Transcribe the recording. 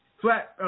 flat